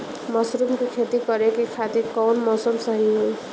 Mushroom के खेती करेके खातिर कवन मौसम सही होई?